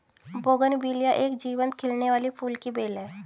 bougainvillea एक जीवंत खिलने वाली फूल की बेल है